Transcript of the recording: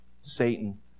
Satan